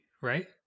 right